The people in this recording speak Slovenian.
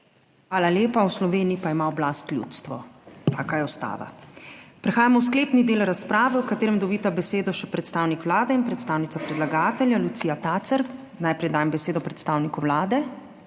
Hvala lepa. V Sloveniji pa ima oblast ljudstvo, taka je Ustava. Prehajamo v sklepni del razprave, v katerem dobita besedo še predstavnik Vlade in predstavnica predlagatelja Lucija Tacer. Najprej dajem besedo predstavniku Vlade.